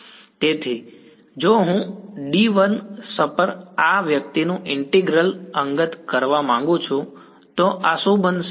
તેથી જો હું dl સપર આ વ્યક્તિનું ઈન્ટીગ્રલ અંગ કરવા માંગુ છું તો આ શું બનશે